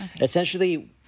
Essentially